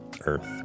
earth